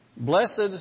Blessed